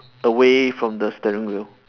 away from the steering wheel